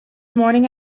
morning